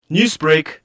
Newsbreak